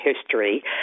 history